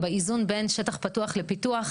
באיזון בין שטח פתוח לפיתוח,